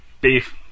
beef